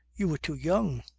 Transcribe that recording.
you were too young.